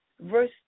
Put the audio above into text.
verse